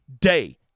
Day